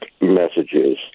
messages